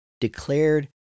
declared